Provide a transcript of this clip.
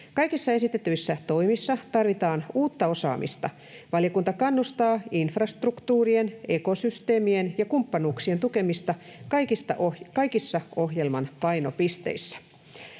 Kaikissa esitetyissä toimissa tarvitaan uutta osaamista. Valiokunta kannustaa infrastruktuurien, ekosysteemien ja kumppanuuksien tukemista kaikissa ohjelman painopisteissä.”